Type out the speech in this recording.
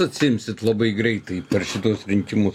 atsiimsit labai greitai per šituos rinkimus